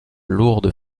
lourdes